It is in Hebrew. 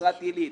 נצרת עילית,